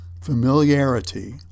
familiarity